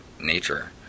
nature